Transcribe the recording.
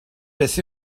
beth